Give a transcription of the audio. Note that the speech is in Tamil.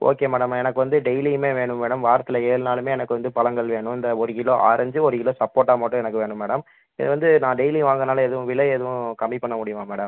ஓகே மேடம் எனக்கு வந்து டெய்லியுமே வேணும் மேடம் வாரத்தில் ஏழு நாளுமே எனக்கு வந்து பழங்கள் வேணும் இந்த ஒரு கிலோ ஆரஞ்சு ஒரு கிலோ சப்போட்டா மட்டும் எனக்கு வேணும் மேடம் இது வந்து நான் டெய்லியும் வாங்கறனால எதுவும் விலை எதுவும் கம்மி பண்ண முடியுமா மேடம்